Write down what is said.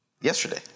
yesterday